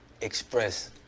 express